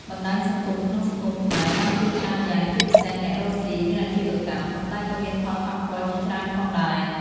បណ្ដាញសង្គមក្នុងសង្គមខ្មែរ បានជួយច្រើនយ៉ាងជាពិសេសអ្នករកស៊ី មានអាជីវកម្ម ប៉ុន្តែក៏មានផលប៉ះពាល់ជាច្រើនផងដែរ។